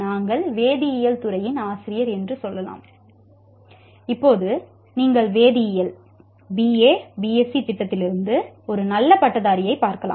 நாங்கள் வேதியியல் துறையின் ஆசிரியர் என்று சொல்லலாம்